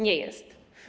Nie jest.